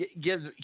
gives